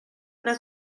una